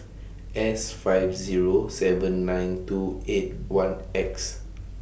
S five Zero seven nine two eight one X